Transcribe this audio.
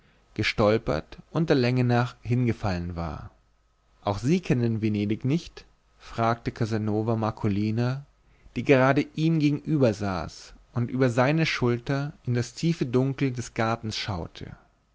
gestolpert und der länge nach hingefallen war auch sie kennen venedig nicht fragte casanova marcolina die gerade ihm gegenübersaß und über seine schulter in das tiefe dunkel des gartens schaute